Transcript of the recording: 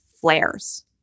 flares